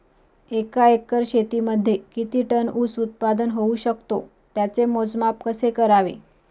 एका एकर शेतीमध्ये किती टन ऊस उत्पादन होऊ शकतो? त्याचे मोजमाप कसे करावे?